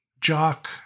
jock